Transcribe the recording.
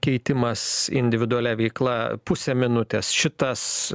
keitimas individualia veikla pusę minutės šitas